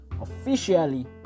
officially